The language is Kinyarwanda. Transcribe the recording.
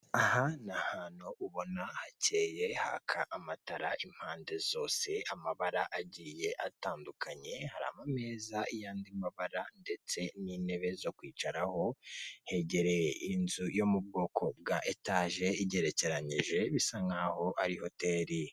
Aha ni ahantu ubona hakeye haka amatara impande zose amabara agiye atandukanye hari ameza y'andi mabara ndetse n'intebe zo kwicaraho hegereye inzu yo mu bwoko bwa etaje igerekeranyije bisa nk'aho ari hoteli.